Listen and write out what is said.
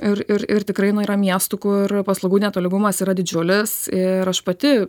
ir ir ir tikrai nu yra miestų kur paslaugų netolygumas yra didžiulis ir aš pati